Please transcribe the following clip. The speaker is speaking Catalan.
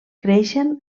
creixen